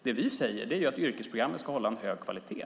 Det vi säger är att yrkesprogrammen ska hålla en hög kvalitet.